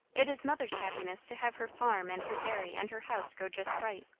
it is mother's happiness to have her farm and her dairy and her house go just right.